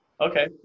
okay